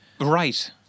right